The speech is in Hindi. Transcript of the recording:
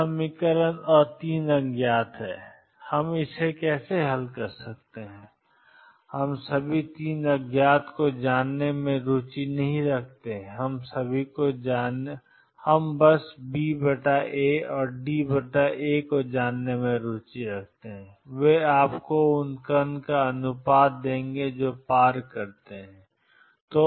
दो समीकरण और तीन अज्ञात हैं हम इसे कैसे हल करते हैं हम सभी तीन अज्ञात को जानने में रुचि नहीं रखते हैं हम सभी को जानने में रुचि रखते हैं कि BA और DA क्या है वे आपको उन कण ों का अनुपात देंगे जो पार करते हैं